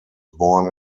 born